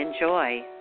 enjoy